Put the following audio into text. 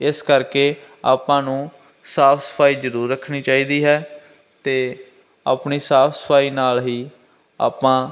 ਇਸ ਕਰਕੇ ਆਪਾਂ ਨੂੰ ਸਾਫ ਸਫਾਈ ਜ਼ਰੂਰ ਰੱਖਣੀ ਚਾਹੀਦੀ ਹੈ ਅਤੇ ਆਪਣੀ ਸਾਫ ਸਫਾਈ ਨਾਲ ਹੀ ਆਪਾਂ